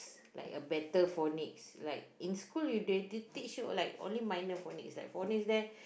like a better phonics like in school they already teach you like only minor phonics that phonic there